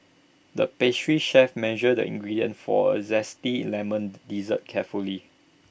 the pastry chef measured the ingredients for A Zesty Lemon Dessert carefully